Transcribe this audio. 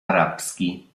arabski